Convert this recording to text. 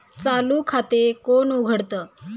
चालू खाते कोण उघडतं?